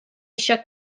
shook